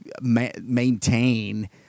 maintain